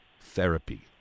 therapy